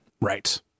Right